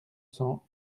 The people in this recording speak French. cents